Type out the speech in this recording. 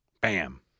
Bam